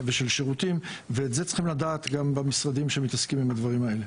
שירותים ואת זה צריכים לדעת גם במשרדים שמתעסקים עם הדברים האלה.